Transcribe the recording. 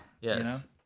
Yes